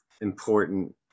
important